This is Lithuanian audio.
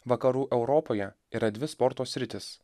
vakarų europoje yra dvi sporto sritys